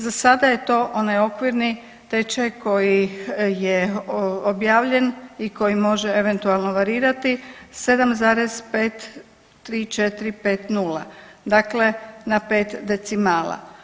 Za sada je to onaj okvirni tečaj koji je objavljen i koji može eventualno varirati 7,53450, dakle na 5 decimala.